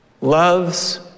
loves